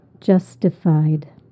Justified